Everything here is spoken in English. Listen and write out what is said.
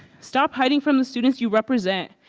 stop hiding from the student you represent,